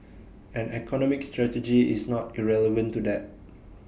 and economic strategy is not irrelevant to that